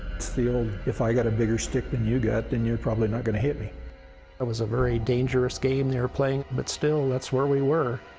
it's the old, if i got a bigger stick than you got, then you're probably not gonna hit me. man it was a very dangerous game they were playing, but still, that's where we were.